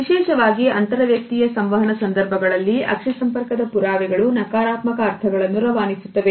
ವಿಶೇಷವಾಗಿಅಂತರ ವ್ಯಕ್ತಿಯ ಸಂವಹನ ಸಂದರ್ಭಗಳಲ್ಲಿ ಅಕ್ಷಿ ಸಂಪರ್ಕದ ಪುರಾವೆಗಳು ನಕಾರಾತ್ಮಕ ಅರ್ಥಗಳನ್ನು ರವಾನಿಸುತ್ತವೆ